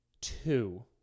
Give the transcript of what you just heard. two